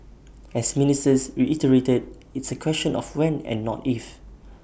as ministers reiterated it's A question of when and not if